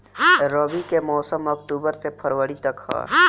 रबी के मौसम अक्टूबर से फ़रवरी तक ह